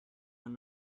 one